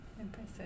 Impressive